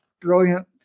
brilliant